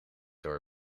door